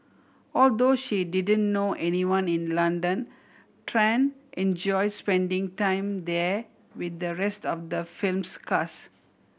although she didn't know anyone in London Tran enjoyed spending time there with the rest of the film's cast